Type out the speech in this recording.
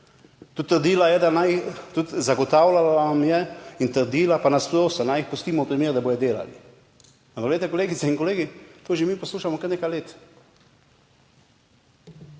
Tudi trdila je, da naj, tudi zagotavljala vam je in trdila pa nas prosila, naj ji pustimo primer, da bodo delali, ampak glejte, kolegice in kolegi, to že mi poslušamo kar nekaj let,